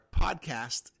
podcast